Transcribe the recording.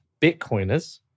Bitcoiners